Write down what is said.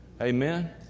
Amen